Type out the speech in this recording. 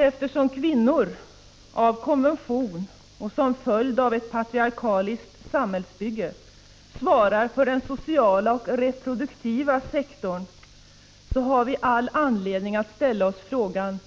Eftersom kvinnor av konvention och som följd av ett patriarkaliskt samhällsbygge svarar för den sociala och reproduktiva sektorn har vi all anledning att ställa oss frågan: